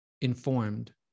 informed